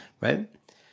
right